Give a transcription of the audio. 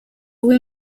uwo